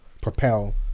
propel